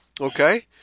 Okay